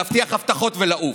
להבטיח הבטחות ולעוף.